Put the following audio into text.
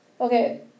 okay